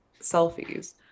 selfies